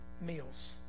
meals